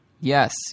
yes